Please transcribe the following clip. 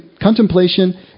contemplation